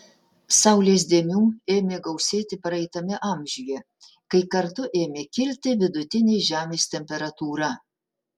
saulės dėmių ėmė gausėti praeitame amžiuje kai kartu ėmė kilti vidutinė žemės temperatūra